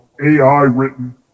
AI-written